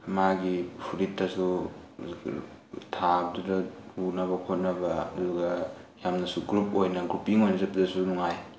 ꯃꯥꯒꯤ ꯐꯨꯔꯤꯠꯇꯁꯨ ꯊꯥꯗꯨꯅ ꯎꯅꯕ ꯈꯣꯠꯅꯕ ꯑꯗꯨꯒ ꯌꯥꯝꯅꯁꯨ ꯒ꯭ꯔꯨꯞ ꯑꯣꯏꯅ ꯒ꯭ꯔꯨꯞꯄꯤꯡ ꯑꯣꯏꯅ ꯆꯠꯄꯗꯁꯨ ꯅꯨꯡꯉꯥꯏ